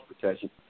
protection